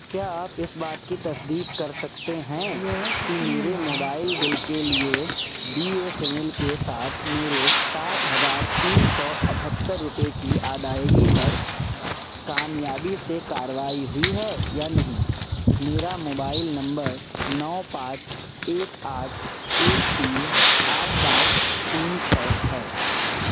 کیا آپ اس بات کی تصدیق کر سکتے ہیں کہ میرے موبائل بل کے لیے بی ایس این ایل کے ساتھ میرے سات ہزار تین سو اٹھہتر روپے کی ادائیگی پر کامیابی سے کارروائی ہوئی ہے یا نہیں میرا موبائل نمبر نو پانچ ایک آٹھ ایک تین آٹھ پانچ تین چھ ہے